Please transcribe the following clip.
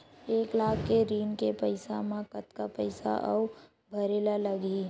एक लाख के ऋण के पईसा म कतका पईसा आऊ भरे ला लगही?